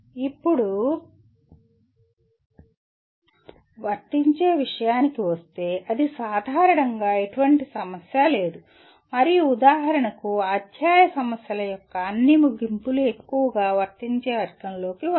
ఇప్పుడు వర్తించే విషయానికొస్తే అది సాధారణంగా ఎటువంటి సమస్య లేదు మరియు ఉదాహరణకు అధ్యాయ సమస్యల యొక్క అన్ని ముగింపులు ఎక్కువగా వర్తించే వర్గంలోకి వస్తాయి